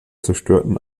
zerstörten